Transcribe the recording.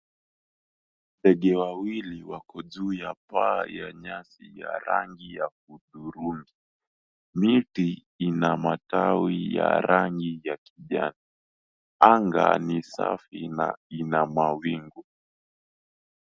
Ndege wawili wako juu ya paa ya nyasi ya rangi ya hudhurungi. Miti ina matawi ya rangi ya kijani. Anga ni safi na ina mawingu.